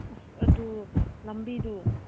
ꯑꯁ ꯑꯗꯨ ꯂꯝꯕꯤꯗꯨ